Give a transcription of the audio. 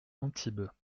antibes